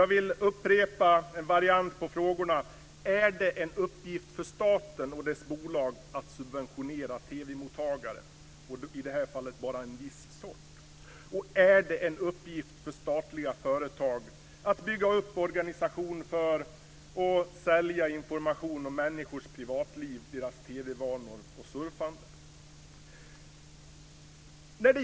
Jag vill upprepa en variant på frågorna: Är det en uppgift för staten och dess bolag att subventionera TV-mottagare, i det här fallet bara en viss sort? Är det en uppgift för statliga företag att bygga upp en organisation för och sälja information om människors privatliv, deras TV-vanor och surfande?